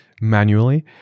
manually